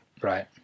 right